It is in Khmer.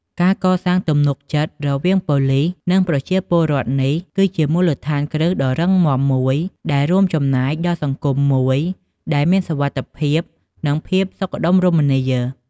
ការកសាងទំនុកចិត្ត រវាងប៉ូលីស និងប្រជាពលរដ្ឋនេះ គឺជាមូលដ្ឋានគ្រឹះដ៏រឹងមាំមួយដែល រួមចំណែកដល់សង្គមមួយដែលមានសុវត្ថិភាព និងភាពសុខដុមរមនា។